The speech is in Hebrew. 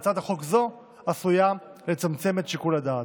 הצעת חוק זו עשויה לצמצם את שיקול הדעת.